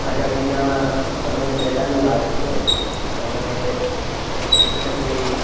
આઝાદીના સમય પહેલાંની વાત છે અને એક શિક્ષકની